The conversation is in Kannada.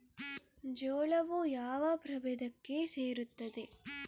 ಜೋಳವು ಯಾವ ಪ್ರಭೇದಕ್ಕೆ ಸೇರುತ್ತದೆ?